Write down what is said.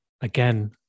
again